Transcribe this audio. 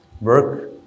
work